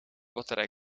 batterij